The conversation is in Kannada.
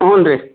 ಹ್ಞೂ ರೀ